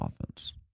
offense